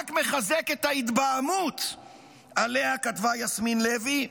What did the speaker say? רק מחזק את ההתבהמות שעליה כתבה יסמין לוי,